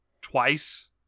twice